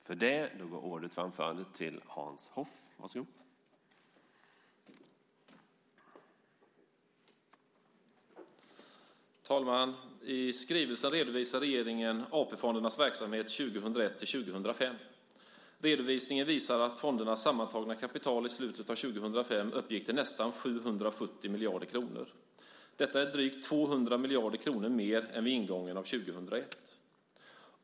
Herr talman! I skrivelsen redovisar regeringen AP-fondernas verksamhet åren 2001-2005. Redovisningen visar att fondernas sammantagna kapital i slutet av år 2005 uppgick till nästan 770 miljarder kronor. Detta är drygt 200 miljarder kronor mer än vid ingången av år 2001.